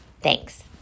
Thanks